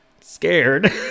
scared